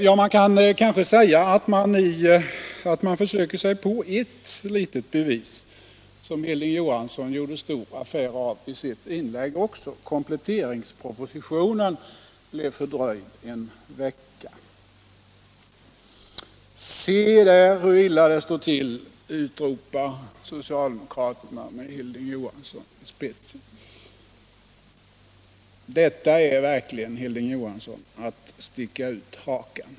Ja, man kan kanske säga att reservanterna försöker sig på ett litet bevis, som Hilding Johansson gjorde stor affär av i sitt inlägg. Kompletteringspropositionen blev fördröjd en vecka. Se där, hur illa det står till, utropar socialdemokraterna med Hilding Johansson i spetsen. Detta är verkligen, Hilding Johansson, att sticka ut hakan.